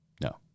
No